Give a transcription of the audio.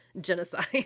genocide